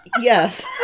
yes